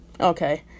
Okay